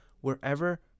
wherever